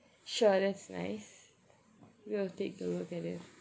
sure that's nice we'll take a look at it